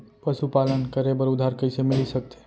पशुपालन करे बर उधार कइसे मिलिस सकथे?